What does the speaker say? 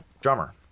drummer